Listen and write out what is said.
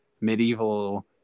medieval